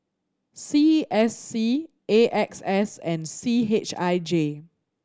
C S C A X S and C H I J